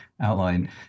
outline